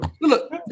look